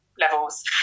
levels